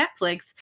Netflix